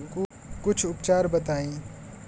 कुछ उपचार बताई?